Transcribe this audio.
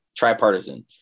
tripartisan